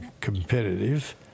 competitive